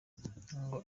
ngo